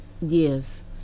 yes